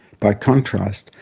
by contrast,